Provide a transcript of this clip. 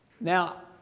Now